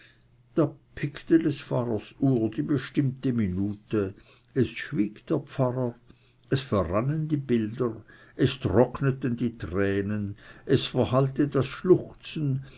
die bestimmte minute es schwieg der pfarrer es verrannen die bilder es trockneten die tränen es verhallte das schluchzen